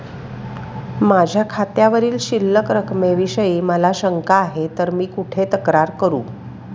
माझ्या खात्यावरील शिल्लक रकमेविषयी मला शंका आहे तर मी कुठे तक्रार करू?